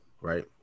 right